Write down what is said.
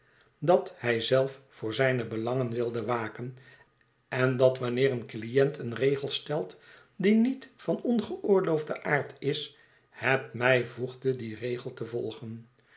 dat hij zelf voor zijne belangen wilde waken en dat wanneer een cliënt een regel stelt die niet van ongeoorloofden aard is het mij voegde dien regel te volgen